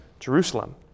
Jerusalem